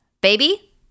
baby